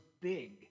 big